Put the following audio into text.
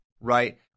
right